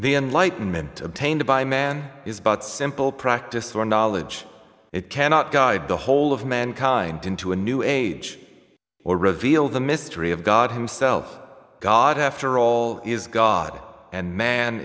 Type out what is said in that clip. enlightenment obtained by man is about simple practice for knowledge it cannot guide the whole of mankind into a new age or reveal the mystery of god himself god after all is god and man